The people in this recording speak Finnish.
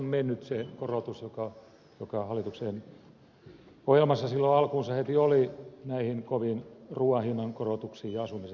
nythän se korotus joka hallituksen ohjelmassa silloin alkuunsa heti oli on mennyt näihin koviin ruuan hinnan korotuksiin ja asumisen hinnan korotuksiin